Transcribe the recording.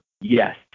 Yes